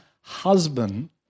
husband